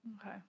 Okay